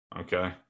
okay